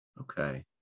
Okay